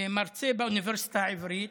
מרצה באוניברסיטה העברית,